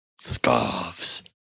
scarves